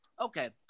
Okay